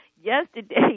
yesterday